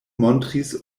montris